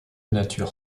nature